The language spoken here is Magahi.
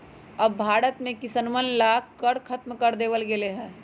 अब भारत में किसनवन ला कर खत्म कर देवल गेले है